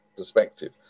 Perspective